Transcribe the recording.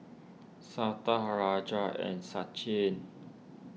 Santha Hrajat and Sachin